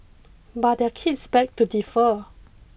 but their kids beg to differ